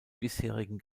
bisherigen